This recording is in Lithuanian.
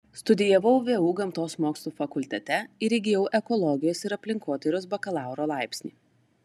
studijavau vu gamtos mokslų fakultete ir įgijau ekologijos ir aplinkotyros bakalauro laipsnį